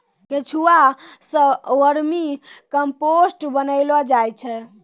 केंचुआ सें vermicompost बनैलो जाय छै